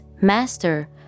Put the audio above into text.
Master